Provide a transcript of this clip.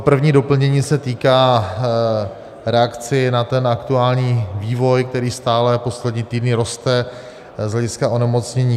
První doplnění se týká reakcí na ten aktuální vývoj, který stále poslední týdny roste z hlediska onemocnění covidem.